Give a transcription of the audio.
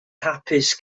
hapus